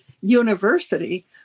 university